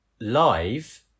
Live